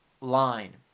line